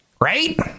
Right